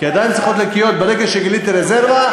הידיים צריכות להיות נקיות ברגע שגילית רזרבה,